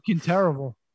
terrible